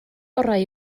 orau